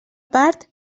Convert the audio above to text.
part